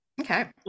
Okay